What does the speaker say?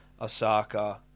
Osaka